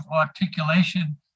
articulation